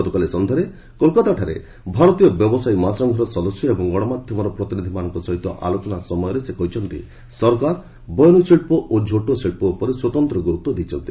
ଗତକାଲି ସନ୍ଧ୍ୟାରେ କଲକାତାଠାରେ ଭାରତୀୟ ବ୍ୟବସାୟ ମହାସଂଘର ସଦସ୍ୟ ଏବଂ ଗଣମାଧ୍ୟମର ପ୍ରତିନିଧିମାନଙ୍କ ସହ ଆଲୋଚନା ସମୟରେ ସେ କହିଛନ୍ତି ସରକାର ବୟନଶିଳ୍ପ ଓ ଝୋଟ ଶିଳ୍ପ ଉପରେ ସ୍ୱତନ୍ତ୍ର ଗୁରୁତ୍ୱ ଦେଇଛନ୍ତି